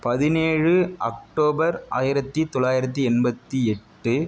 பதினேழு அக்டோபர் ஆயிரத்து தொள்ளாயிரத்து எண்பத்து எட்டு